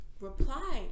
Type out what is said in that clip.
reply